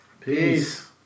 Peace